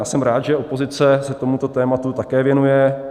Jsem rád, že opozice se tomuto tématu také věnuje.